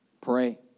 Pray